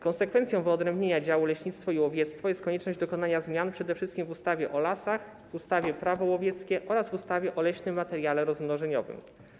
Konsekwencją wyodrębnienia działu leśnictwo i łowiectwo jest konieczność dokonania zmian przede wszystkim w ustawie o lasach, w ustawie Prawo łowieckie oraz w ustawie o leśnym materiale rozmnożeniowym.